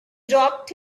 dropped